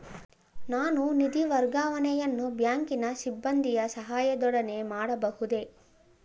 ನಾನು ನಿಧಿ ವರ್ಗಾವಣೆಯನ್ನು ಬ್ಯಾಂಕಿನ ಸಿಬ್ಬಂದಿಯ ಸಹಾಯದೊಡನೆ ಮಾಡಬಹುದೇ?